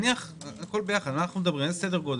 הכול ביחד, מה סדר גודל?